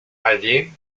allí